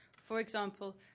for example,